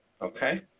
Okay